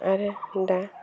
आरो दा